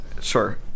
sure